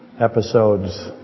episodes